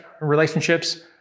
relationships